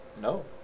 No